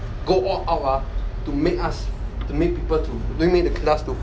go all out ah to make us to make people to to make the class to